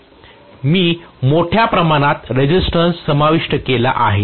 मी मोठ्या प्रमाणात रेसिस्टन्स समाविष्ट केला आहे